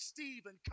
Stephen